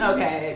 Okay